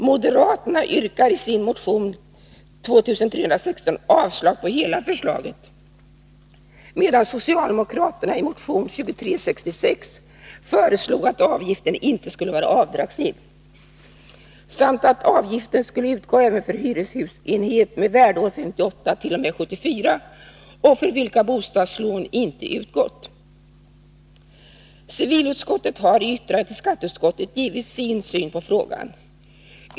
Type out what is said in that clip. Moderaterna yrkar i sin motion 2316 avslag på hela förslaget, medan socialdemokraterna i motion 2366 föreslagit att avgiften inte skulle vara avdragsgill samt att avgiften skulle utgå även för hyreshusenhet med värdeår 1958 t.o.m. 1974 och för vilka bostadslån inte utgått. Civilutskottet har i yttrande till skatteutskottet givit sin syn på frågan.